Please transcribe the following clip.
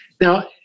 now